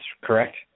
correct